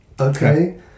Okay